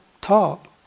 talk